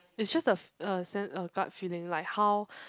it's just a a sense a gut feeling like how